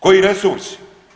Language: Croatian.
Koji resursi?